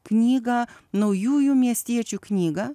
knygą naujųjų miestiečių knygą